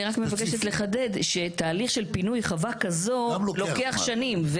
אני רק מבקשת לחדד שתהליך של פינוי חווה כזאת לוקח שנים.